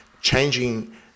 changing